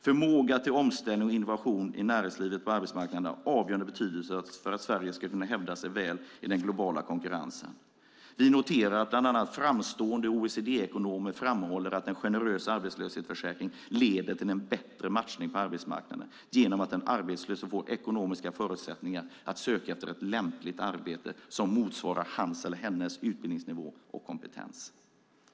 Förmåga till omställning och innovation i näringslivet på arbetsmarknaden är av avgörande betydelse för att Sverige ska kunna hävda sig väl i den globala konkurrensen. Vi noterar att bland annat framstående OECD-ekonomer framhåller att en generös arbetslöshetsförsäkring leder till en bättre matchning på arbetsmarknaden genom att den arbetslöse får ekonomiska förutsättningar att söka efter ett lämpligt arbete som motsvarar hans eller hennes utbildningsnivå och kompetens.